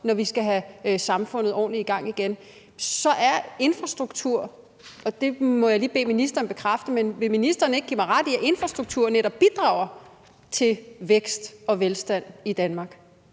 når vi skal have samfundet ordentligt i gang igen, bidrager. Det må jeg lige bede ministeren om at bekræfte. Men vil ministeren ikke give mig ret i, at infrastruktur netop bidrager til vækst og velstand i Danmark?